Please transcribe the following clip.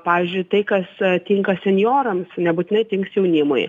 pavyzdžiui tai kas tinka senjorams nebūtinai tinks jaunimui